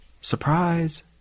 Surprise